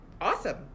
awesome